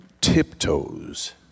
tiptoes